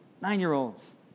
Nine-year-olds